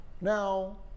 Now